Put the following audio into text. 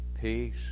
peace